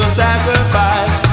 sacrifice